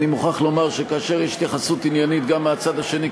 אני מוכרח לומר שכאשר יש התייחסות עניינית גם מהצד השני,